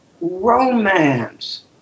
romance